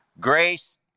grace